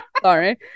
Sorry